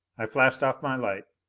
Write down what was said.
i flashed off my light.